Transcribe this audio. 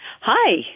Hi